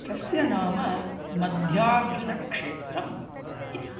तस्य नामं मध्यार्जुनं क्षेत्रम् इति